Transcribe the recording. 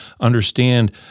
understand